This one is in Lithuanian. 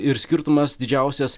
ir skirtumas didžiausias